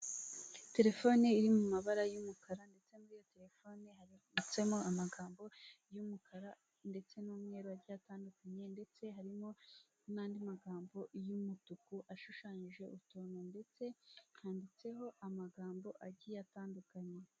Telefone iri mu mabara y'umukara ndetse muri iyo telefone haditsemo amagambo y'umukara, ndetse n'umweru agiye atandukanye, ndetse harimo n'andi magambo y'umutuku ashushanyije utuntu ndetse, handitse ho amagambo agiye atandukanye.